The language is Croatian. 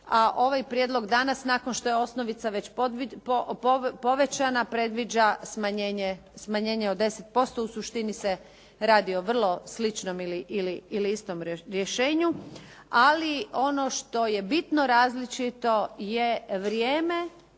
a ovaj prijedlog danas nakon što je osnovica već povećana predviđa smanjenje od 10%, u suštini se radi o vrlo sličnom ili istom rješenju. Ali ono što je bitno različito je vrijeme